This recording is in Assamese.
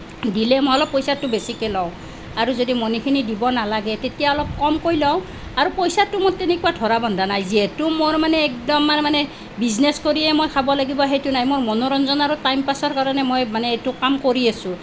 দিলে মই অলপ পইচাটো বেছিকৈ লওঁ আৰু যদি মণিখিনি দিব নালাগে তেতিয়া অলপ কমকৈ লওঁ আৰু পইচাটো মোৰ তেনেকুৱা ধৰা বন্ধা নাই যিহেতু মোৰ মানে একদম আৰু মানে বিজনেচ কৰিয়ে মই খাব লাগিব সেইটো নাই মই মনোৰঞ্জন আৰু টাইম পাছৰ কাৰণে মই মানে এইটো কাম কৰি আছোঁ